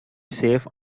safe